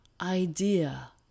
idea